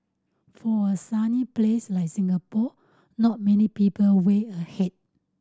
for a sunny place like Singapore not many people wear a hat